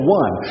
one